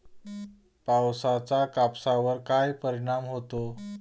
पावसाचा कापसावर कसा परिणाम होतो?